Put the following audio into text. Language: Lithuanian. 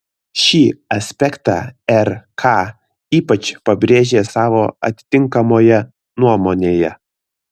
šį aspektą rk ypač pabrėžė savo atitinkamoje nuomonėje